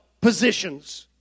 positions